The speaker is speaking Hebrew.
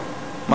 מה